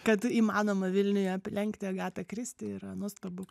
kad įmanoma vilniuje aplenkti agata kristi yra nuostabu